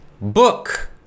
book